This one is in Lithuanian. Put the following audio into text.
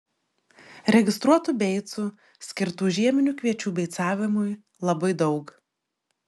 registruotų beicų skirtų žieminių kviečių beicavimui labai daug